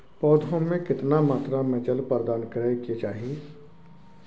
पौधों में केतना मात्रा में जल प्रदान करै के चाही?